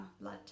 blood